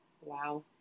wow